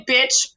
Bitch